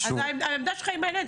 אז העמדה שלך מעניינת,